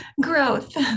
Growth